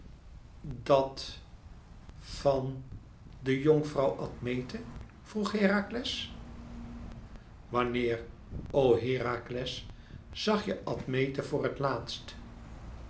dat van de jonkvrouw admete vroeg herakles wanneer o herakles zag je admete voor het laatst